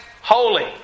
holy